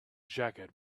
jacket